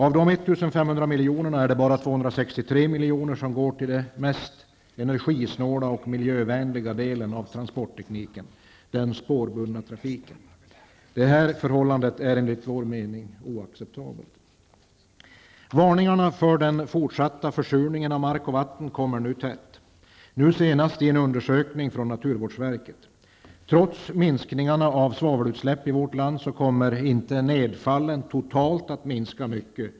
Av dessa 1 500 milj.kr. är det bara 263 milj.kr. som går till den mest energisnåla och miljövänliga delen av transporttekniken, den spårbundna trafiken. Detta förhållande är enligt vår mening oacceptabelt. Varningarna för den fortsatta försurningen av mark och vatten kommer nu tätt, senast i en undersökning från naturvårdsverket. Trots minskningarna av svavelutsläpp i vårt land kommer inte nedfallet totalt att minska mycket.